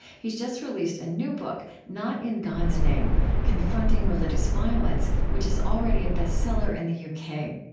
he's just released a new book, not in god's name confronting religious violence, which is already a bestseller in the u k.